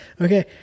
okay